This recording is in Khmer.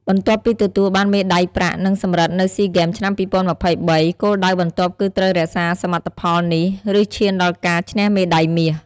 បន្ទាប់ពីទទួលបានមេដាយប្រាក់ និងសំរឹទ្ធនៅស៊ីហ្គេម ឆ្នាំ២០២៣ គោលដៅបន្ទាប់គឺត្រូវរក្សាសមិទ្ធផលនេះ ឬឈានដល់ការឈ្នះមេដាយមាស។